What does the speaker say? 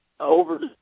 over